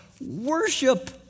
worship